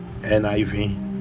niv